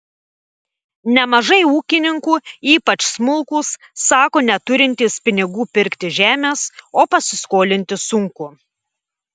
nemažai ūkininkų ypač smulkūs sako neturintys pinigų pirkti žemės o pasiskolinti sunku